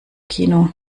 kino